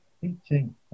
teaching